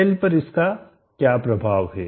cell पर इसका क्या प्रभाव है